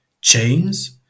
chains